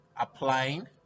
applying